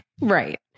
Right